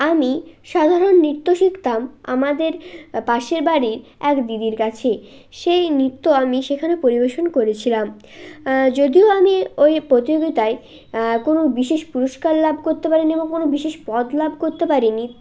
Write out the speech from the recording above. আমি সাধারণ নৃত্য শিখতাম আমাদের পাশের বাড়ির এক দিদির কাছে সেই নৃত্য আমি সেখানে পরিবেশন করেছিলাম যদিও আমি ওই প্রতিযোগিতায় কোনো বিশেষ পুরস্কার লাভ করতে পারি নি এবং কোনো বিশেষ পদ লাভ করতে পারি নি